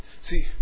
See